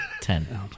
Ten